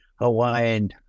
Hawaiian